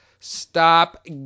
stop